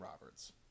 Roberts